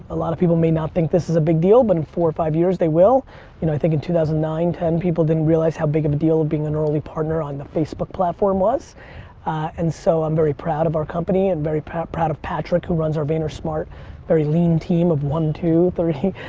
a lot of people may not think this is a big deal but in four or five years they will. you know, i think in two thousand and nine, ten people didn't realize how big of a deal being an early partner on the facebook platform was and so i'm very proud of our company and very proud proud of patrick who runs our vayner smart very lean team of one, two, three.